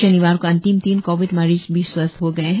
शनिवार को अंतीम तीन कोविड मरीज भी स्वस्थ हो गए है